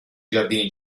giardini